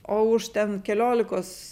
o už ten keliolikos